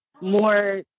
more